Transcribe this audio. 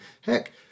Heck